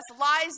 lies